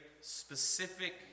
specific